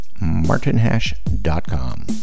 martinhash.com